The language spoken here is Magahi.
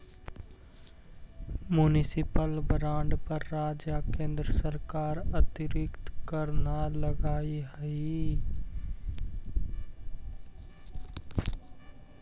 मुनिसिपल बॉन्ड पर राज्य या केन्द्र सरकार अतिरिक्त कर न लगावऽ हइ